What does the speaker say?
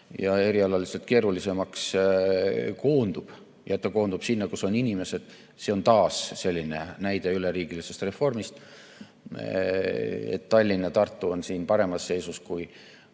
ja erialaliselt keerulisemaks ning koondub sinna, kus on inimesed, on taas selline näide üleriigilisest reformist. See, et Tallinn ja Tartu on siin paremas seisus kui